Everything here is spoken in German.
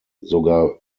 sogar